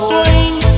Swing